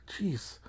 jeez